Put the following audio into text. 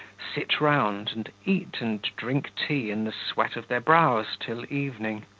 sit round, and eat and drink tea in the sweat of their brows till evening.